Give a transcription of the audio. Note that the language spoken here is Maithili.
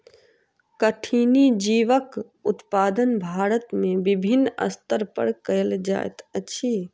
कठिनी जीवक उत्पादन भारत में विभिन्न स्तर पर कयल जाइत अछि